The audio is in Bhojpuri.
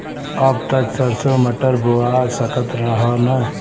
अब त सरसो मटर बोआय सकत ह न?